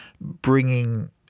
bringing